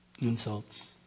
insults